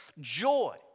joy